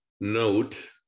note